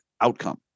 outcome